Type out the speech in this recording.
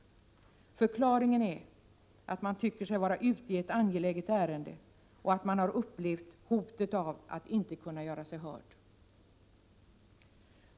Förklaringen är att man tycker sig vara ute i ett angeläget ärende och att man har upplevt hotet av att inte kunna göra sig hörd.